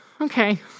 Okay